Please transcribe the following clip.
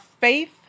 faith